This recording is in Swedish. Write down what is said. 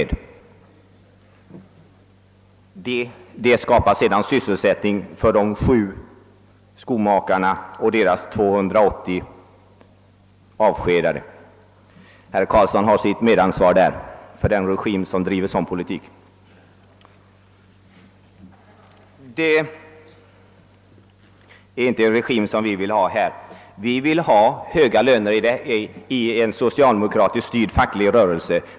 Detta skapar sysselsättningssvårigheter för sådana företag som 7 Skomakare i Örebro och deras 280 avskedade arbetare. Här delar herr Karlsson ansvaret med den regim vars politik får sådana verkningar. Det är inte en sådan regim som vi vill ha här i landet. Vi vill ha höga löner i en socialdemokratiskt styrd facklig rörelse.